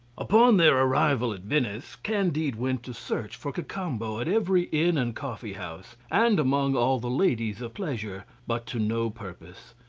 upon their arrival at venice, candide went to search for cacambo at every inn and coffee-house, and among all the ladies of pleasure, but to no purpose.